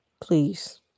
Please